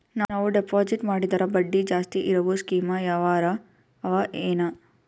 ನಾವು ಡೆಪಾಜಿಟ್ ಮಾಡಿದರ ಬಡ್ಡಿ ಜಾಸ್ತಿ ಇರವು ಸ್ಕೀಮ ಯಾವಾರ ಅವ ಏನ?